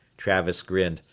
travis grinned,